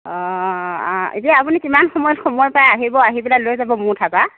অ আ এতিয়া কিমান সময়ত সময় পায় আহিব আহি পেলাই লৈ যাব মোৰ ঠাইৰ পৰা